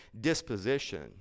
disposition